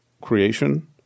creation